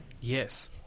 yes